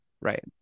Right